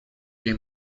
que